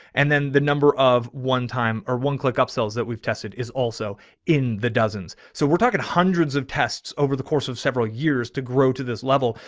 and then the number of one time or one click upsells that we've tested is also in the dozens. so we're talking hundreds of tests over the course of several years to grow to this level.